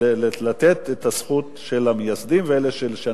לתת את הזכות של המייסדים ואלה של שנים.